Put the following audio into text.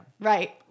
Right